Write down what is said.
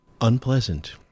unpleasant